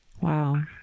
Wow